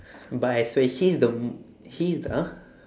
but I swear he's the m~ he's the !huh!